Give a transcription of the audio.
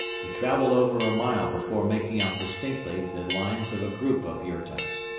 we traveled over a mile before making out distinctly the lines of a group of yurtas.